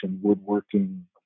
woodworking